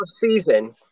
season